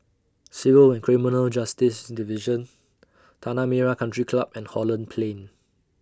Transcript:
Civil and Criminal Justice Division Tanah Merah Country Club and Holland Plain